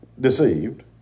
deceived